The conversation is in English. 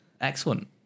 excellent